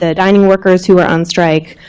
ah dining workers who are on strike.